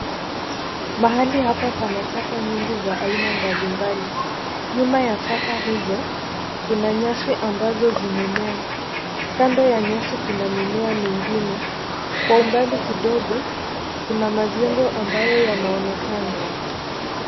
Mahali hapa pana taka nyingi za aina mbalimbali. Nyuma ya taka hizo kuna nyasi ambazo zimemea kando ya nyasi kuna mimiea mengine kwa umbali kidogo kuna majengo ambayo yanaonekana.